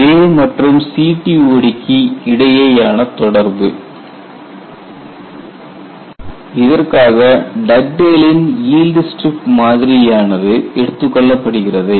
Relationship between J and CTOD J மற்றும் CTOD க்கு இடையேயான தொடர்பு இதற்காக டக்டேலின் ஈல்டு ஸ்ட்ரிப் மாதிரியானது Dugdale's yield strip model எடுத்துக்கொள்ளப்படுகிறது